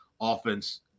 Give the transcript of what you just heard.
offense